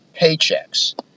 paychecks